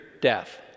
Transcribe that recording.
death